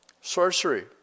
Sorcery